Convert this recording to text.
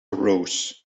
arose